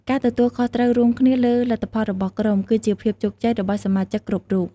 ការទទួលខុសត្រូវរួមគ្នាលើលទ្ធផលរបស់ក្រុម គឺជាភាពជោគជ័យរបស់សមាជិកគ្រប់រូប។